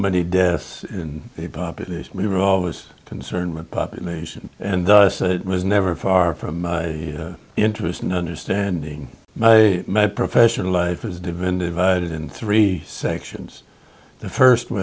many deaths in the population we were always concerned with population and thus it was never far from interest and understanding my professional life is driven divided in three sections the first